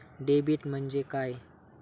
Debit म्हणजे काय?